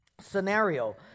scenario